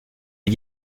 est